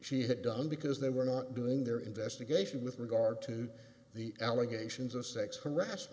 she had done because they were not doing their investigation with regard to the allegations of sex harass